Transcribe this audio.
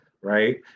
right